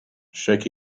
shake